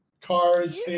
cars